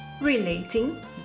Relating